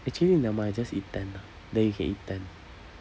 actually nevermind I just eat ten ah then you can eat ten